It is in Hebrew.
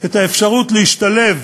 את האפשרות להשתלב